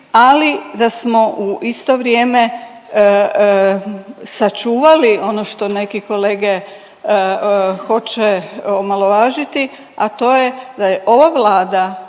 ali da smo u isto vrijeme sačuvali ono što neki kolege hoće omalovažiti, a to je da je ova Vlada